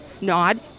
Nod